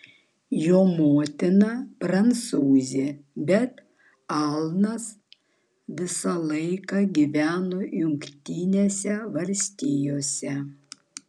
jo motina prancūzė bet alanas visąlaik gyveno jungtinėse valstijose